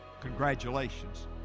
congratulations